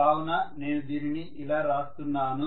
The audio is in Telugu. కావున నేను దీనిని ఇలా రాస్తున్నాను